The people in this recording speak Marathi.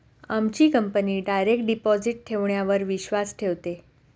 आमची कंपनी डायरेक्ट डिपॉजिट ठेवण्यावर विश्वास ठेवते